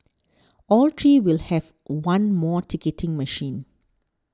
all three will have one more ticketing machine